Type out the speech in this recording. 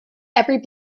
every